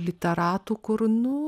literatų kur nu